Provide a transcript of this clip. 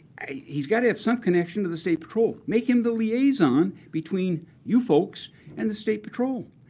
he's got to have some connection to the state patrol. make him the liaison between you folks and the state patrol.